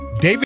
David